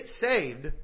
saved